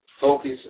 focus